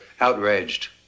outraged